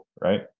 right